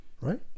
right